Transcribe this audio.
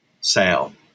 sound